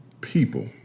people